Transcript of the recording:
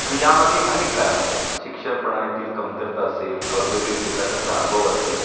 आणि यामागे अनेक कारणं आहेत शिक्षण प्रणालीतील कमतरता असेल औद्योगिक विकासाचा अभाव असेल